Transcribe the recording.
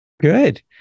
Good